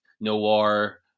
noir